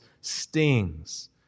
stings